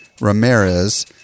Ramirez